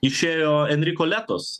išėjo enriko letos